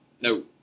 No